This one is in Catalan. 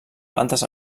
plantes